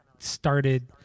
started